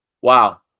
Wow